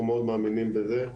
אנחנו מאוד מאמינים בזה,